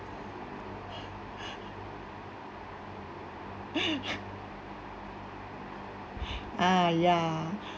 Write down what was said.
ah ya